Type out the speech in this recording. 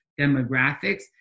demographics